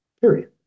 period